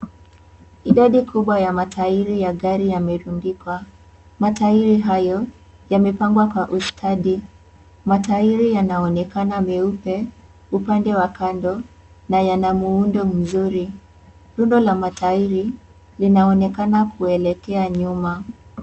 Idadi kubwa ya matairi ya gari yamerundikwa, matairi hayo yamepangwa kwa ustadi, matairi yanaonekana meupe upande wa kando na yana muundo mzuri, rundo la matairi linaonekana kuelekea nyuma.